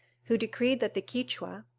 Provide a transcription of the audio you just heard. who decreed that the quichua,